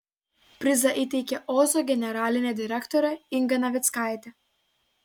prizą įteikė ozo generalinė direktorė inga navickaitė